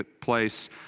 place